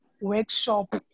workshop